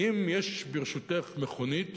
אם יש ברשותך מכונית